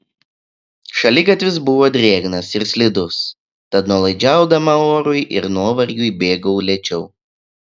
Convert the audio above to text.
šaligatvis buvo drėgnas ir slidus tad nuolaidžiaudama orui ir nuovargiui bėgau lėčiau